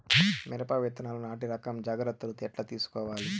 మిరప విత్తనాలు నాటి రకం జాగ్రత్తలు ఎట్లా తీసుకోవాలి?